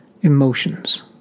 emotions